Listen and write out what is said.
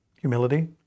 Humility